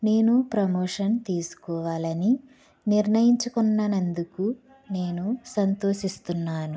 నేను ప్రమోషన్ తీసుకోవాలని నిర్ణయించుకున్నందుకు నేను సంతోషిస్తున్నాను